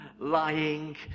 Lying